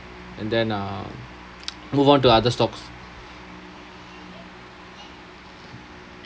and then uh move on to other stocks